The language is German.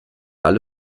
alle